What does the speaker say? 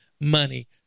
money